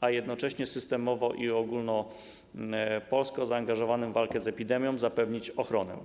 a jednocześnie systemowo i w zakresie ogólnopolskim zaangażowanym w walkę z epidemią zapewnić ochronę.